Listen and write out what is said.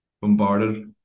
bombarded